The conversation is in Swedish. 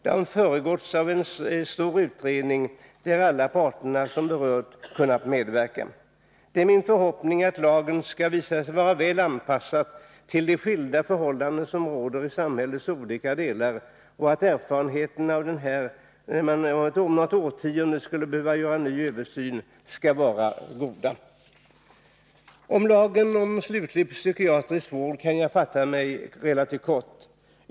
Den har föregåtts av en stor utredning där alla berörda har kunnat medverka. Det är min förhoppning att lagen skall visa sig vara väl anpassad till de skilda förhållanden som råder i samhällets olika delar och att erfarenheterna av den, när man om något årtionde behöver göra en ny översyn, skall vara goda. Om lagen om sluten psykiatrisk vård kan jag fatta mig relativt kort.